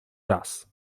raz